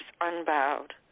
unbowed